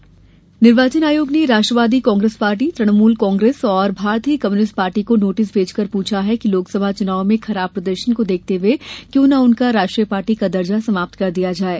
आयोग नोटिस निर्वाचन आयोग ने राष्ट्रवादी कांग्रेस पार्टी तृणमूल कांग्रेस और भारतीय कम्युनिस्ट पार्टी को नोटिस भेजकर पूछा है कि लोकसभा चुनावों में खराब प्रदर्शन को देखते हये क्यों ना उनका राष्ट्रीय पार्टी का दर्जा समाप्त कर दिया जाये